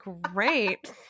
great